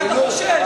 ממה אתה חושש?